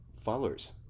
followers